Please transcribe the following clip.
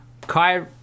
Kai